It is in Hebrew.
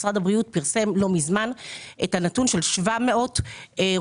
משרד הבריאות פרסם לא מזמן שיש 700 רוקחים